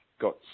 got